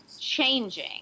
changing